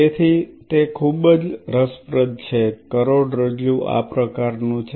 તેથી તે ખૂબ જ રસપ્રદ છે કરોડરજ્જુ આ પ્રકારનું છે